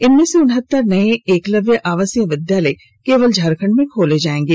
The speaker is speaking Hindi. इनमें से उनहतर नए एकलव्य आवासीय विधालय केवल झारखंड में खोले जाएंगे